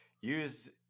Use –